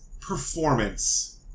performance